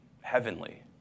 heavenly